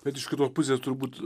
bet iš kitos pusės turbūt